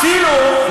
אפילו,